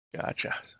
Gotcha